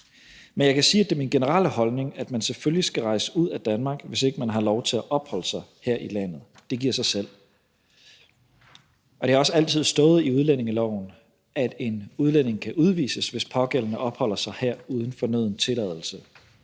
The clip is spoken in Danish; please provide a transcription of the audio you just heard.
Men jeg kan sige, at det er min generelle holdning, at man selvfølgelig skal rejse ud af Danmark, hvis ikke man har lov til at opholde sig her i landet. Det giver sig selv. Det har også altid stået i udlændingeloven, at en udlænding kan udvises, hvis den pågældende opholder sig her uden fornøden tilladelse.